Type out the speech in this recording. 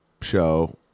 show